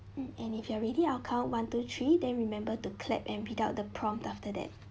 hmm and if you are ready I'll count one two three then remember to clap and read out the prompt after that